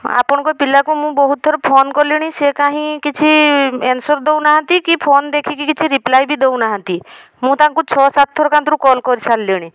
ଆପଣଙ୍କ ପିଲାକୁ ମୁଁ ବହୁତ ଥର ଫୋନ୍ କଲିଣି ସିଏ କାହିଁ କିଛି ଏନ୍ସର୍ ଦଉନାହାଁନ୍ତି କି ଫୋନ୍ ଦେଖିକି କି କିଛି ରିପ୍ଳାଏ ବି ଦଉନାହାଁନ୍ତି ମୁଁ ତାଙ୍କୁ ଛଅ ସାତ ଥର କାନ୍ତୁରୁ କଲ୍ କରିସାରିଲିଣି